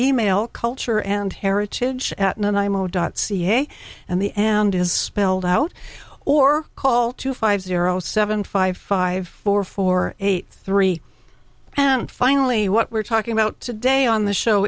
even mail culture and heritage and imo dot ca and the end is spelled out or call two five zero seven five five four four eight three and finally what we're talking about today on the show